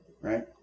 right